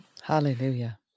Hallelujah